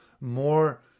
more